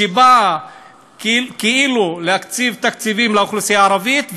שבאה כאילו להקציב תקציבים לאוכלוסייה הערבית,